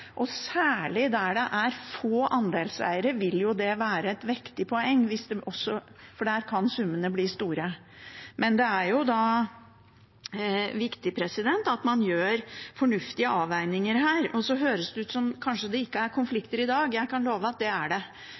Særlig der det er få andelseiere, vil det være et vektig poeng, for der kan summene bli store. Men det er viktig at man gjør fornuftige avveininger. Det høres ut som om det kanskje ikke er konflikter i dag; jeg kan love at det er det.